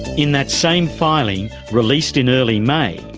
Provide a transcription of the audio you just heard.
in that same filing released in early may,